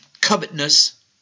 covetousness